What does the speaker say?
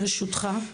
ברשותך,